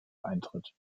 eintritt